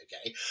okay